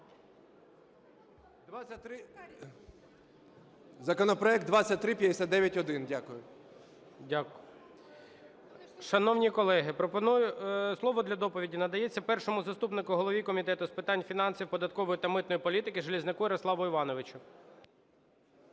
Законопроект 2359-1. Дякую. ГОЛОВУЮЧИЙ. Дякую. Шановні колеги, слово для доповіді надається першому заступнику голови Комітету з питань фінансової, податкової та митної політики Железняку Ярославу Івановичу.